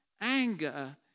anger